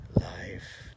life